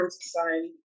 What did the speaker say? society